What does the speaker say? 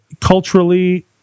culturally